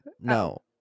No